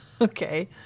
Okay